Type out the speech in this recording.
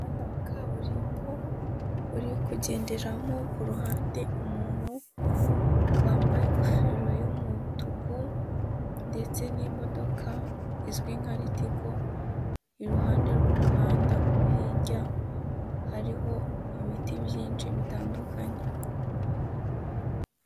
Umuhanda wa kaburimbo uri kugenderamo ku ruhande umuntu wambaye ingofero y'umutuku ndetse n'imodoka izwi nka ritiko, iruhande rw'umuhanda hirya hariho ibiti byinshi bitandukanye.